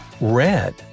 Red